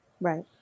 Right